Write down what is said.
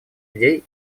идей